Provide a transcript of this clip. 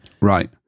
Right